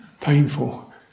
painful